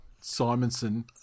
Simonson